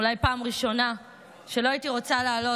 אולי זו הפעם הראשונה שלא הייתי רוצה לעלות